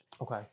Okay